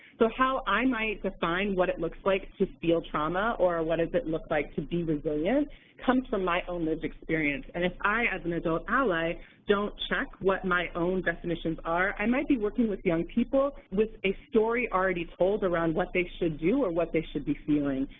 so how i might define what it looks like to feel trauma or what does it look like to be resilient comes from my own lived experience, and if i as an adult ally don't check what my own definitions are, i might be working with young people with a story already told around what they should do or what they should be feeling.